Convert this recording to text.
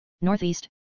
northeast